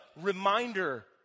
reminder